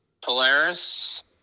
Polaris